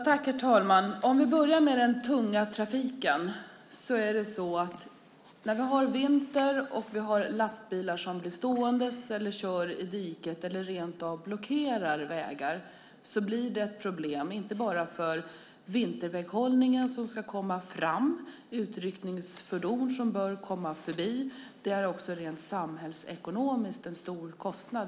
Herr talman! Jag börjar med frågan om den tunga trafiken. När det är vinter och lastbilar blir stående, kör i diket eller rent av blockerar vägar blir det problem, inte bara för vinterväghållningen som ska komma fram och utryckningsfordon som bör komma förbi utan det är också rent samhällsekonomiskt en stor kostnad.